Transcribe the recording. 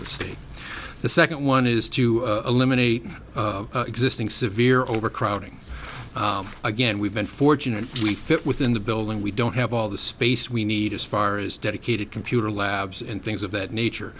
state the second one is to eliminate existing severe overcrowding again we've been fortunate we fit within the building we don't have all the space we need as far as dedicated computer labs and things of that nature